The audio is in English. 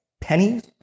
pennies